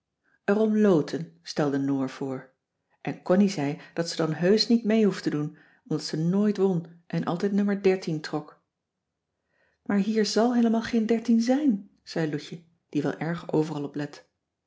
om loten stelde noor voor en connie zei dat ze dan heusch niet mee hoefde doen omdat ze nooit won en altijd no trok maar hier zal heelemaal geen dertien zijn zei loutje die wel erg overal op let